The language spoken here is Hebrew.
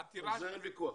על זה אין ויכוח.